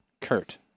Kurt